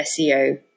SEO